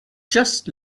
just